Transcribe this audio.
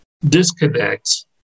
disconnects